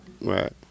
Right